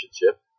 relationship